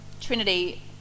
Trinity